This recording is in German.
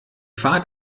fahrt